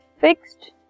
fixed